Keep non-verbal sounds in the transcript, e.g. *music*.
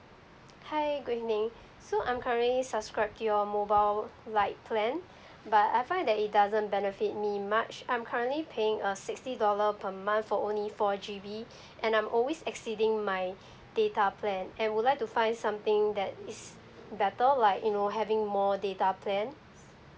hi good evening so I'm currently subscribed to your mobile light plan but I find that it doesn't benefit me much I'm currently paying a sixty dollar per month for only four G_B *breath* and I'm always exceeding my data plan and would like to find something that is better like you know having more data plan